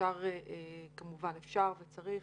וכמובן, אפשר וצריך